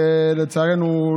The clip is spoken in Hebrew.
לצערנו,